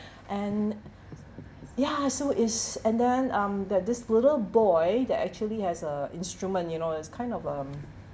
and ya so it's and then um that this little boy they actually has a instrument you know it's kind of um